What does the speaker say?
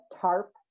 tarp